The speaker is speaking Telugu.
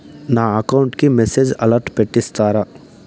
నా అకౌంట్ కి మెసేజ్ అలర్ట్ పెట్టిస్తారా